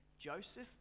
Joseph